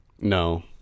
No